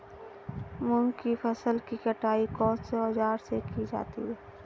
मूंग की फसल की कटाई कौनसे औज़ार से की जाती है?